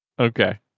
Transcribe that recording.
okay